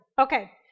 Okay